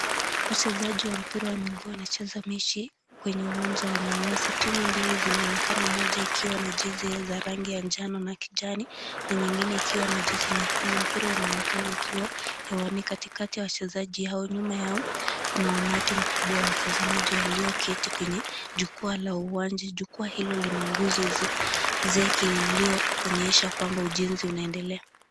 Wachezaji wa mpira wa miguu wanacheza mechi kwenye uwanja wenye nyasi timu mbili zinaonekana moja ikiwa na jezi za rangi ya njano na kijani na nyingine ikiwa na jezi nyekundu, mpira unaonekana ukiwa hewani katikati ya wachezaji hao, nyuma yao kuna umati mkubwa wa watazamaji walioketi kwenye jukwaa la uwanja, jukwaa hilo linanguzo zeeki liliyoonyesha kuwa ujenzi unaendelea.